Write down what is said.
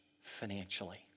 financially